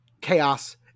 chaos